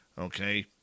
Okay